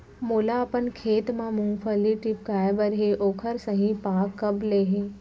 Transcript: मोला अपन खेत म मूंगफली टिपकाय बर हे ओखर सही पाग कब ले हे?